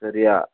சரியா